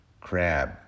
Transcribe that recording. crab